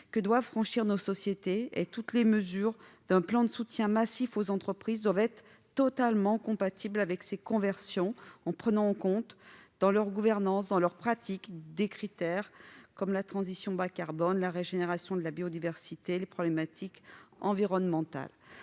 nos sociétés. Il convient que toutes les mesures d'un plan de soutien massif aux entreprises soient totalement compatibles avec ces conversions, en prenant en compte dans leur gouvernance et dans leurs pratiques des critères comme la transition bas-carbone la régénération de la biodiversité et les problématiques environnementales.